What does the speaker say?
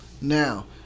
Now